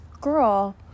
girl